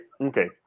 Okay